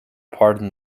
pardon